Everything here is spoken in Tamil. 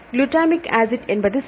குளுட்டமிக் ஆசிட் என்பது சரி